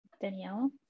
Danielle